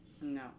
No